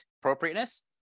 appropriateness